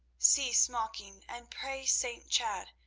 cease mocking, and pray st. chad,